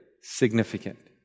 significant